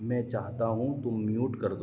میں چاہتا ہوں تم میوٹ کر دو